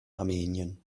armenien